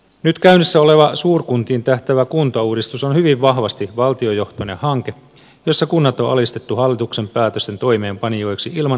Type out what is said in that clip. nyt käynnissä oleva suurkuntiin tähtäävä kuntauudistus on hyvin vahvasti valtiojohtoinen hanke jossa kunnat on alistettu hallituksen päätösten toimeenpanijoiksi ilman uudistamisvaihtoehtoja